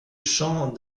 champ